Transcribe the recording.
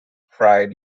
fried